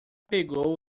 pegou